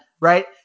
Right